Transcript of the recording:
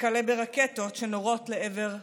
וכלה ברקטות שנורות לעבר בתיהם.